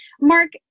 Mark